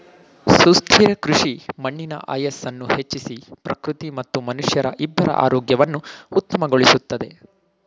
ಸುಸ್ಥಿರ ಕೃಷಿ ಮಣ್ಣಿನ ಆಯಸ್ಸನ್ನು ಹೆಚ್ಚಿಸಿ ಪ್ರಕೃತಿ ಮತ್ತು ಮನುಷ್ಯರ ಇಬ್ಬರ ಆರೋಗ್ಯವನ್ನು ಉತ್ತಮಗೊಳಿಸುತ್ತದೆ